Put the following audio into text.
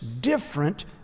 different